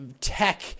tech